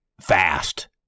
fast